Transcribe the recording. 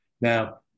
Now